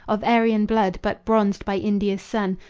of aryan blood but bronzed by india's sun,